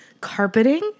carpeting